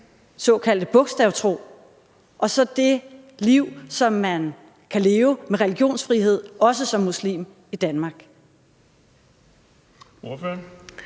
såkaldte bogstavtro – og så det liv, som man kan leve med religionsfrihed, også som muslim i Danmark.